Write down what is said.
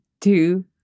two